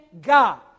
God